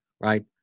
right